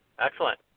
Excellent